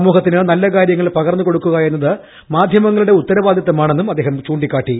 സമൂഹത്തിന് നല്ല കാര്യങ്ങൾ പകർന്നു കൊടുക്കുക എന്നത് മാധ്യമങ്ങളുടെ ഉത്തരവാദിത്തമാണെന്നും അദ്ദേഹം ചൂണ്ടിക്കാട്ടി